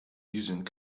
using